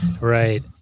Right